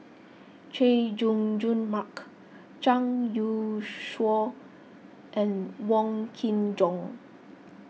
Chay Jung Jun Mark Zhang Youshuo and Wong Kin Jong